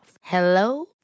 Hello